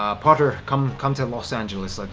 ah potter, come come to los angeles. like